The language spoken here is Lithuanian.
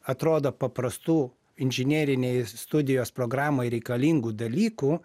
atrodo paprastų inžinerinės studijos programai reikalingų dalykų